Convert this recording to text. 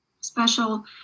special